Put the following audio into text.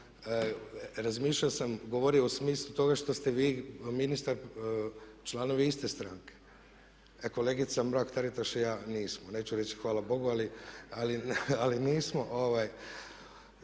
Razmišljao sam i govorio u smislu toga što ste vi i ministar članovi iste stranke. Kolegica Mrak-Taritaš i ja nismo. Neću reći hvala Bogu ali nismo.